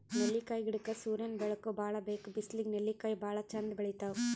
ನೆಲ್ಲಿಕಾಯಿ ಗಿಡಕ್ಕ್ ಸೂರ್ಯನ್ ಬೆಳಕ್ ಭಾಳ್ ಬೇಕ್ ಬಿಸ್ಲಿಗ್ ನೆಲ್ಲಿಕಾಯಿ ಭಾಳ್ ಚಂದ್ ಬೆಳಿತಾವ್